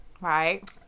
Right